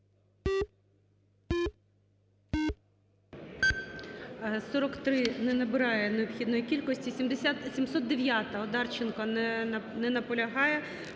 За-43 Не набирає необхідної кількості. 709-а, Одарченка. Не наполягає.